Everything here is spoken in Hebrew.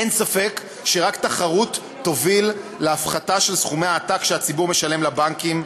אין ספק שרק תחרות תוביל להפחתה של סכומי העתק שהציבור משלם לבנקים.